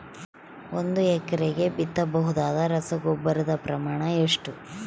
ಒಂದು ಎಕರೆಗೆ ಬಿತ್ತಬಹುದಾದ ರಸಗೊಬ್ಬರದ ಪ್ರಮಾಣ ಎಷ್ಟು?